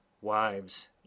WIVES